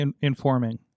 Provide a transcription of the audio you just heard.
informing